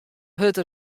hurd